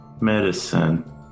medicine